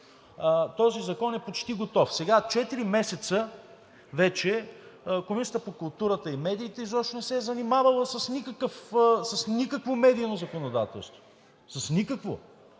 Този закон е почти готов. Сега четири месеца вече Комисията по културата и медиите изобщо не се е занимавала с никакво медийно законодателство. С никакво!